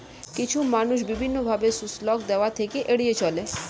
কিছু মানুষ বিভিন্ন ভাবে শুল্ক দেওয়া থেকে এড়িয়ে চলে